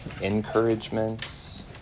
Encouragements